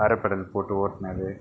அரைப்பெடல் போட்டு ஓட்டினது